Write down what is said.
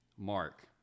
Mark